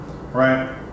right